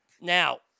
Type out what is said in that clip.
Now